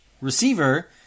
receiver